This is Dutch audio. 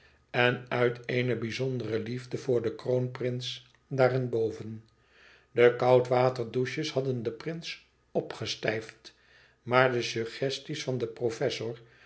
en uit eene bizondere liefde voor den kroonprins daarenboven de koudwaterdouches hadden den prins opgestijfd maar de suggesties van den professor